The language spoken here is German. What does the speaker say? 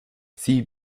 sie